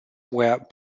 were